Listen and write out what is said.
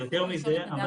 ויותר מזה,